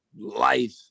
life